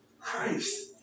Christ